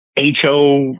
ho